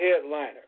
headliner